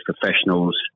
professionals